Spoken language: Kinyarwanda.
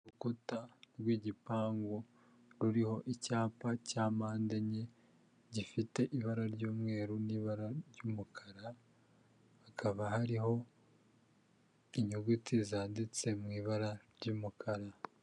Urukuta rw'igipangu ruriho icyapa cya mpande enye, gifite ibara ry'umweru n'ibara ry'umukara, hakaba hariho inyuguti zanditse mu ibara ry'umukara.